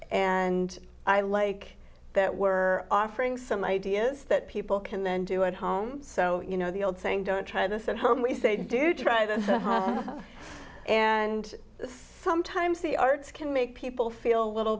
and i like that we're offering some ideas that people can then do at home so you know the old saying don't try this at home we say do try them and sometimes the arts can make people feel little